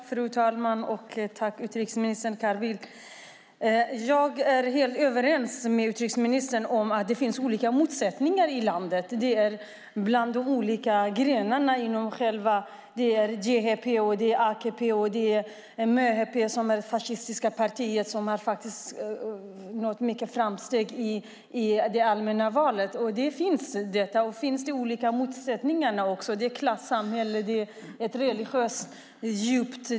Fru talman! Jag tackar utrikesminister Carl Bildt. Jag är helt överens med utrikesministern om att det finns olika motsättningar i landet. Det gäller de olika grenarna inom själva DTP, AKP och MHP, som är det fascistiska partiet, som har nått framsteg i de allmänna valen. Det finns också andra motsättningar. Turkiet är ett klassamhälle och ett religiöst samhälle.